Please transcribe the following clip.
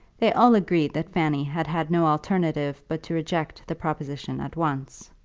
they all agreed that fanny had had no alternative but to reject the proposition at once.